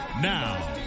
Now